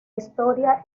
historia